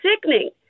sickening